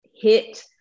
hit